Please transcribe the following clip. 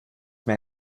mir